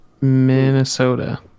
Minnesota